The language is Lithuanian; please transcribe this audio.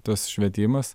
tas švietimas